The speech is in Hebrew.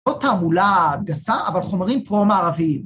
‫לא תעמולה גסה, ‫אבל חומרים פרו-מערביים.